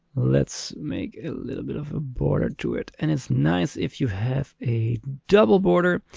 let's make a little bit of of border to it. and it's nice if you have a double border.